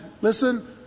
Listen